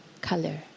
color